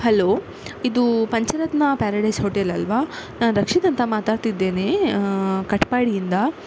hello ಇದು Pancharatna paradise hotel ಅಲ್ವಾ ನಾನು ರಕ್ಷಿತ್ ಅಂತ ಮಾತಾಡ್ತಿದ್ದೇನೆ ಕಾಟಪಾಡಿಯಿಂದ